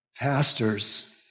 Pastors